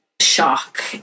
shock